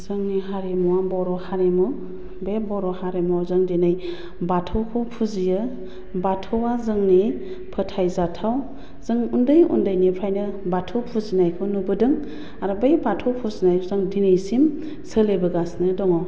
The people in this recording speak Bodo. जोंनि हारिमुवा बर' हारिमु बे बर' हारिमुआव जों दिनै बाथौखौ फुजियो बाथौआ जोंनि फोथायजाथाव जों उन्दै उन्दैनिफ्रायनो बाथौखौ फुजिनायखौ नुबोदों आरो बै बाथौ फुजिनाय जों दिनैसिम सोलिबोगासिनो दङ